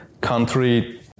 country